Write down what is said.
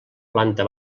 planta